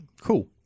cool